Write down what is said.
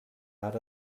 out